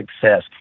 success